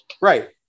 Right